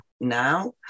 now